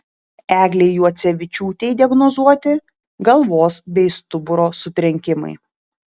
eglei juocevičiūtei diagnozuoti galvos bei stuburo sutrenkimai